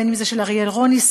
בין שזה של אריאל רוניס,